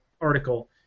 article